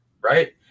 right